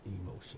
emotion